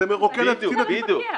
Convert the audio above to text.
יכול להיות שגם